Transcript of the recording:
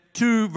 two